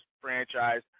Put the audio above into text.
franchise